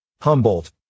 Humboldt